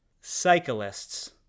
Cyclists